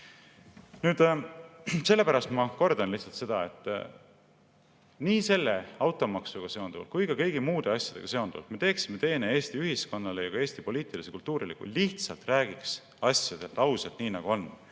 asi. Sellepärast ma kordan, nii selle automaksuga seonduvalt kui ka kõigi muude asjadega seonduvalt: me teeksime teene Eesti ühiskonnale ja ka Eesti poliitilise kultuurile, kui räägiksime asjadest ausalt, nii nagu on.